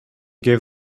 gave